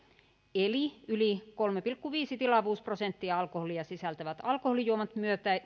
eli yli kolme pilkku viisi tilavuusprosenttia alkoholia sisältävät alkoholijuomat